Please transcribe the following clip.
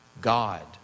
God